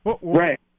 Right